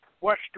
Western